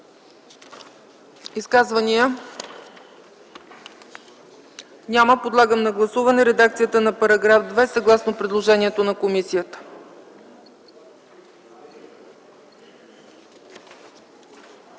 Изказвания? Няма. Подлагам на гласуване редакцията на § 2 съгласно предложението на комисията.